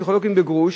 פסיכולוגים בגרוש,